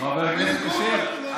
ונראה לי שנהיה